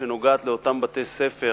שנוגעת לאותם בתי-ספר